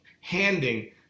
handing